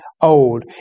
old